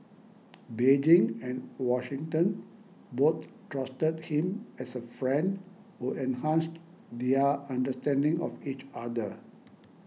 Beijing and Washington both trusted him as a friend who enhanced their understanding of each other